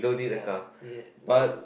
ya ya nope